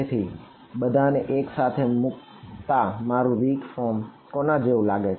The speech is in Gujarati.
તેથી તે બધાને એક સાથે મુકતા મારુ વીક ફોર્મ કોના જેવું લાગે છે